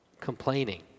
complaining